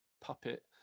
puppet